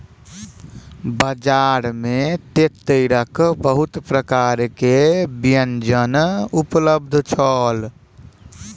बजार में तेतैरक बहुत प्रकारक व्यंजन उपलब्ध छल